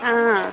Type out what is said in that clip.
ಹಾಂ